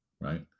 right